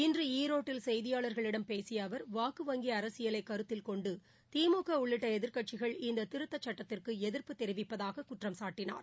இன்று ஈரோட்டில் செய்தியாளர்களிடம் பேசிய அவர் வாக்கு வங்கி அரசியலை கருத்தில்கொண்டு திமுக உள்ளிட்ட எதிர்க்கட்சிகள் இந்த திருத்தச்சுட்டத்திற்கு எதிர்ப்பு தெரிவிப்பதாக குற்றம் சாட்டினார்